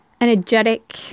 energetic